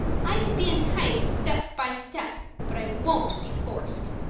i can be enticed step by step, but i won't be forced.